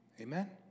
amen